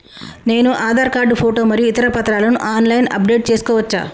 నేను Aadhaar card photo మరియు ఇతర పత్రాలను ఆన్ లైన్ అప్ డెట్ చేసుకోవచ్చా?